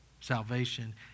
salvation